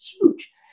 huge